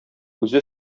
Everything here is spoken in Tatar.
үзе